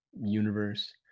universe